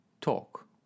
talk